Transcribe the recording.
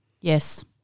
Yes